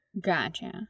Gotcha